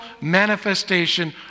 manifestation